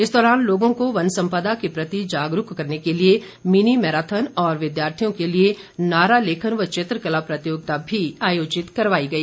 इस दौरान लोगों को वन सम्पदा के प्रति जागरूक करने के लिए मिनी मैराथन और विद्यार्थियों के लिए नारा लेखन व चित्रकला प्रतियोगिता भी आयोजित करवाई गई